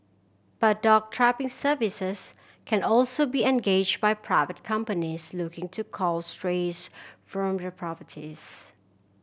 but dog trapping services can also be engaged by private companies looking to cull strays from their properties